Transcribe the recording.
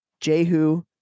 jehu